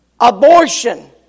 Abortion